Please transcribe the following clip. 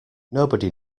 nobody